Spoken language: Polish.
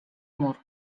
mur